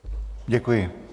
Děkuji.